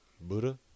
Buddha